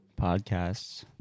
podcasts